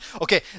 Okay